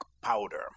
powder